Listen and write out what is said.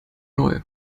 neu